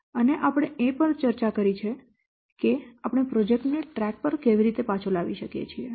અને આપણે એ પણ ચર્ચા કરી છે કે આપણે પ્રોજેક્ટ ને ટ્રેક પર કેવી રીતે લાવી શકીએ